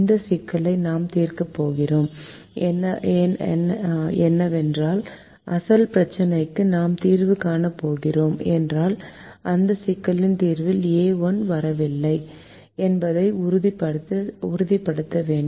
இந்த சிக்கலை நாம் தீர்க்கப் போகிறோம் என்றால் அசல் பிரச்சினைக்கு நாம் தீர்வு காணப் போகிறோம் என்றால் இந்த சிக்கலின் தீர்வில் A1 வரவில்லை என்பதை உறுதிப்படுத்த வேண்டும்